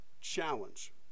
challenge